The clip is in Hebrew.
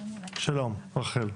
שלום רחל.